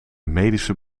medische